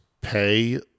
pay